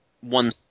one